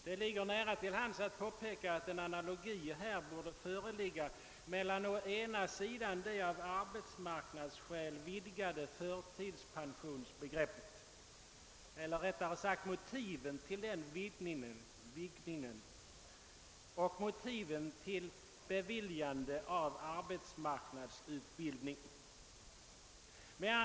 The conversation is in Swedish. Det ligger nära till hands att påpeka att en analogi här borde förefinnas mellan å ena sidan motiven till utvidgningen av förtidspensionsbegreppet och å andra sidan motiven till beviljande av arbetsmarknadsutbildning.